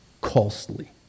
costly